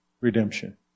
redemption